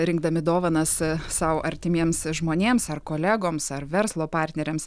rinkdami dovanas sau artimiems žmonėms ar kolegoms ar verslo partneriams